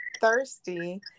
thirsty